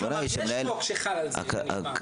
הכוונה היא שמנהל --- כלומר יש חוק שחל על זה והוא נגמר.